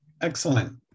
Excellent